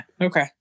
Okay